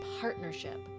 partnership